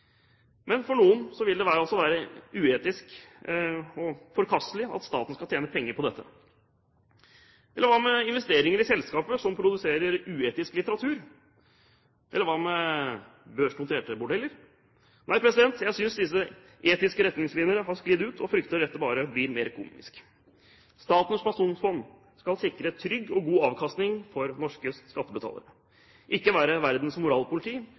Men for noen vil det altså være etisk forkastelig at staten skal tjene penger på dette. Hva med investeringer i selskaper som produserer uetisk litteratur? Hva med børsnoterte bordeller? Nei, jeg synes disse etiske retningslinjene har sklidd ut, og frykter at dette bare blir mer komisk. Statens pensjonsfond skal sikre trygg og god avkastning for norske skattebetalere, ikke være verdens moralpoliti